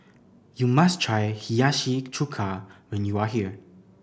you must try Hiyashi Chuka when you are here